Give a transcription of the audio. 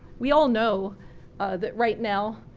we all know that right now,